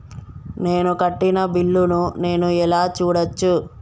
నేను కట్టిన బిల్లు ను నేను ఎలా చూడచ్చు?